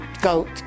GOAT